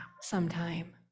sometime